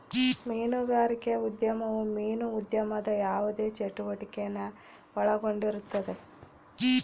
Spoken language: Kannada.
ಮೀನುಗಾರಿಕೆ ಉದ್ಯಮವು ಮೀನು ಉದ್ಯಮದ ಯಾವುದೇ ಚಟುವಟಿಕೆನ ಒಳಗೊಂಡಿರುತ್ತದೆ